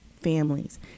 families